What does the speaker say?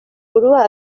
burua